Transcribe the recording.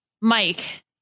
Mike